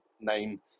name